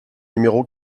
numéro